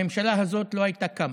הממשלה הזאת לא הייתה קמה.